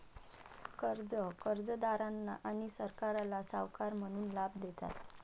कर्जे कर्जदारांना आणि सरकारला सावकार म्हणून लाभ देतात